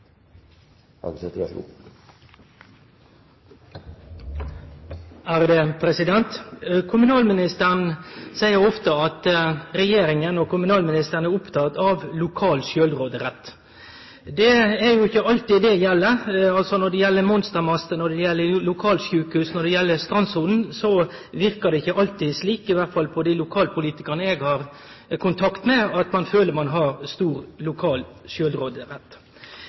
med innsatsen så langt, og me skal vidare! Det blir replikkordskifte. Kommunalministeren seier ofte at regjeringa og kommunalministeren er opptekne av lokal sjølvråderett. Det er jo ikkje alltid det gjeld. Når det gjeld monstermaster, når det gjeld lokalsjukehus, når det gjeld strandsona, verkar det ikkje alltid som – i alle fall ikkje på dei lokalpolitikarane eg har kontakt med – ein føler at ein har stor lokal sjølvråderett.